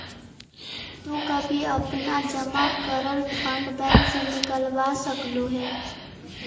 तु कभी अपना जमा करल फंड बैंक से निकलवा सकलू हे